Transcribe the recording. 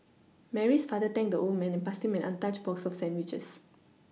Mary's father thanked the old man and passed him an untouched box of sandwiches